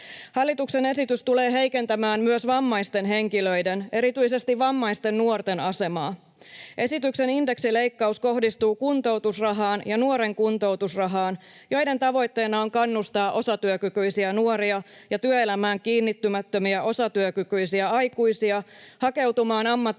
Hallituksen esitys tulee heikentämään myös vammaisten henkilöiden, erityisesti vammaisten nuorten, asemaa. Esityksen indeksileikkaus kohdistuu kuntoutusrahaan ja nuoren kuntoutusrahaan, joiden tavoitteena on kannustaa osatyökykyisiä nuoria ja työelämään kiinnittymättömiä osatyökykyisiä aikuisia hakeutumaan ammatilliseen